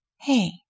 Hey